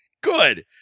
Good